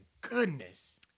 goodness